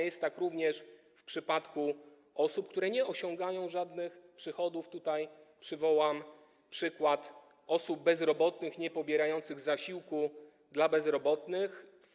Jest tak również w przypadku osób, które nie osiągają żadnych przychodów - tutaj przywołam przykład osób bezrobotnych niepobierających zasiłku dla bezrobotnych.